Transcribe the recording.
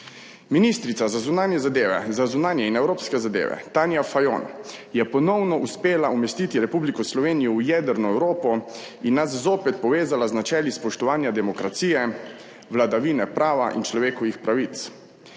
Ministrica za zunanje in evropske zadeve Tanja Fajon je ponovno uspela umestiti Republiko Slovenijo v jedrno Evropo in nas zopet povezala z načeli spoštovanja demokracije, vladavine prava in človekovih pravic.